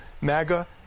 MAGA